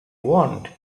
want